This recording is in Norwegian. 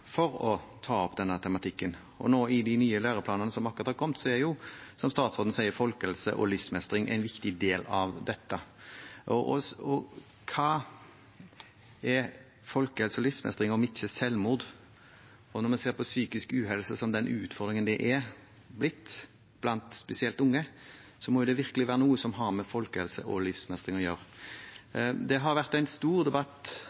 for å ta opp denne tematikken, og i de nye læreplanene som akkurat har kommet, er – som statsråden sa – folkehelse og livsmestring en viktig del. Hva hører til folkehelse og livsmestring om ikke selvmord? Og når vi ser på psykisk uhelse som den utfordringen den har blitt, spesielt blant unge, må det virkelig være noe som har med folkehelse og livsmestring å gjøre. Det har vært en stor debatt